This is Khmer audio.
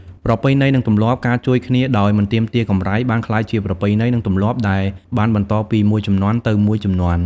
ប្រពៃណី និងទម្លាប់ ការជួយគ្នាដោយមិនទាមទារកម្រៃ បានក្លាយជាប្រពៃណី និងទម្លាប់ដែលបានបន្តពីមួយជំនាន់ទៅមួយជំនាន់។